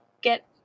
get